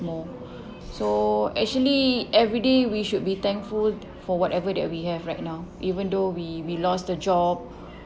so actually everyday we should be thankful for whatever that we have right now even though we we lost the job